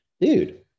Dude